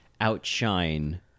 outshine